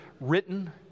written